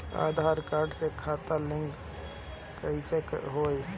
आधार card से खाता link कईसे होई?